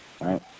right